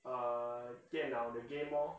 uh 电脑的 game lor